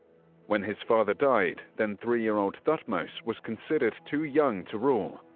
when his father died, then three year old thutmose was considered too young to rule,